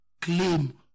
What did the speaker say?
claim